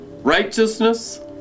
Righteousness